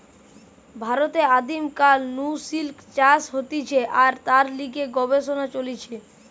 ভারতে আদিম কাল নু সিল্ক চাষ হতিছে আর তার লিগে গবেষণা চলিছে